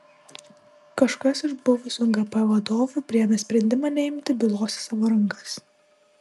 kažkas iš buvusių gp vadovų priėmė sprendimą neimti bylos į savo rankas